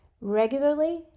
Regularly